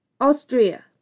Austria